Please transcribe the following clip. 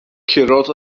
curodd